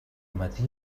matí